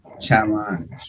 challenge